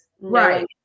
right